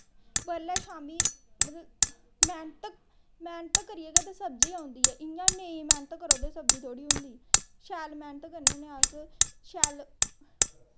बडलै शाम्मी मतलव मैह्नत मैह्नत करियै गै ते सब्जी औंदी ऐ इयां नेंई मैह्नत करो ते सब्जी थोड़ी होंदी शैल मैह्नत करने होन्ने शैल